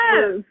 yes